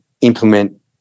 implement